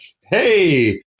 Hey